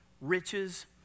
riches